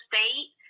State